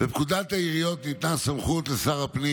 בפקודת העיריות ניתנה סמכות לשר הפנים